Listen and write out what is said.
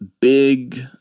big